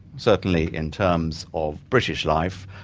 certainly in terms of british life,